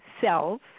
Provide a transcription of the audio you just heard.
cells